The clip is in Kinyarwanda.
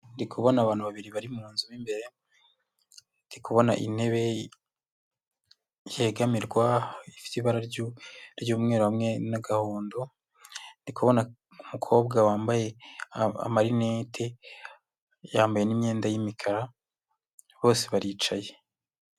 Ndi kubona abantu babiri bari mu nzu mo imbere, ndi kubona intebe yegamirwa ifite ibara ry'umweru hamwe n'agahondo, ndi kubona umukobwa wambaye amarinete yambaye imyenda y'imikara, bose baricaye.